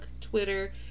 Twitter